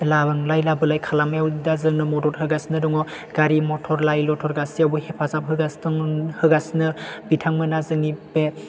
लांलाय लाबोलाय खालामनाया दा जोंनो मदद होगासिनो दङ गारि मथर लाय लथर गासैयावबो हेफाजाब होगासिनो दं होगासिनो बिथांमोना जोंनि बे